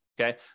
Okay